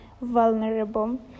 vulnerable